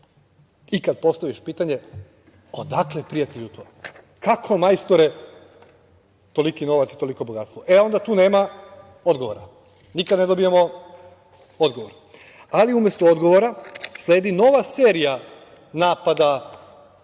i kad postaviš pitanje - odakle prijatelju to, kako, majstore, toliki novac i toliko bogatstvo, onda tu nema odgovora? Nikada ne dobijamo odgovor, ali umesto odgovora sledi nova serija napada sa